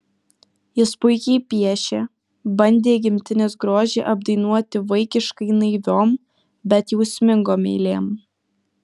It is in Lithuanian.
jis puikiai piešė bandė gimtinės grožį apdainuoti vaikiškai naiviom bet jausmingom eilėm